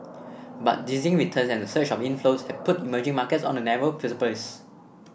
but dizzying returns and a surge of inflows have put emerging markets on a narrow precipice